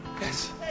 yes